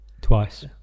Twice